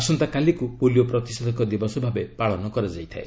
ଆସନ୍ତାକାଲିକୁ 'polio ପ୍ରତିଷେଧକ ଦିବସ' ଭାବେ ପାଳନ କରାଯାଇଥାଏ